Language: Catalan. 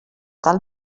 tal